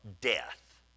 death